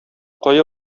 кая